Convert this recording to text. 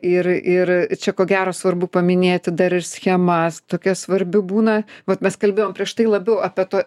ir ir čia ko gero svarbu paminėti dar ir schemas tokia svarbi būna vat mes kalbėjom prieš tai labiau apie tą